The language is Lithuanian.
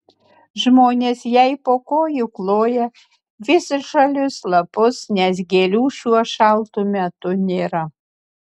žmonės jai po kojų kloja visžalius lapus nes gėlių šiuo šaltu metu nėra